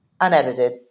unedited